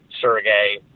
Sergey